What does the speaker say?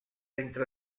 entre